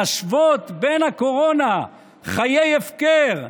להשוות בין הקורונה, חיי הפקר,